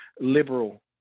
liberal